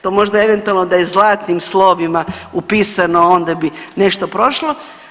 To možda eventualno da je zlatnim slovima upisano onda bi nešto prošlo.